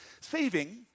Saving